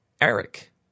Eric